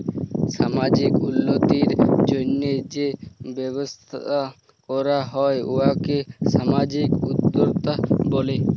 সামাজিক উল্লতির জ্যনহে যে ব্যবসা ক্যরা হ্যয় উয়াকে সামাজিক উদ্যোক্তা ব্যলে